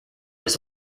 his